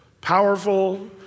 Powerful